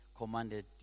commanded